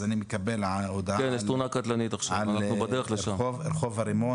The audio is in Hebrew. אני מקבל הודעה על תאונה קטלנית ברחוב הרימון